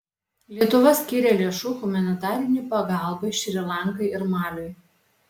lietuva skyrė lėšų humanitarinei pagalbai šri lankai ir maliui